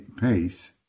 pace